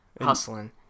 Hustling